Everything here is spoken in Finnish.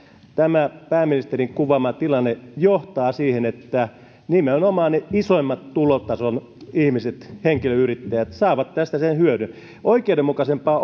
tämä pääministerin kuvaama tilanne johtaa siihen että nimenomaan ne isoimman tulotason henkilöyrittäjät saavat tästä sen hyödyn oikeudenmukaisempaa